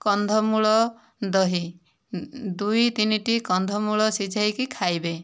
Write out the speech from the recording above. କନ୍ଧମୁଳ ଦହି ଦୁଇ ତିନିଟି କନ୍ଧମୂଳ ସିଝେଇକି ଖାଇବେ